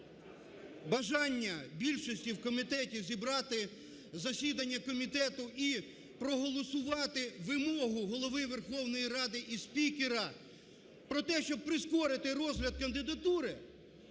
бажання більшості в комітеті зібрати засідання комітету і проголосувати вимогу Голови Верховної Ради і спікера про те, щоб прискорити розгляд кандидатури,